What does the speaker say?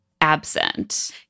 absent